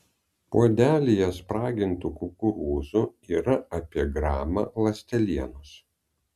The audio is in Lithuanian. puodelyje spragintų kukurūzų yra apie gramą ląstelienos